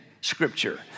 scripture